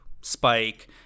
spike